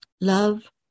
Love